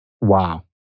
Wow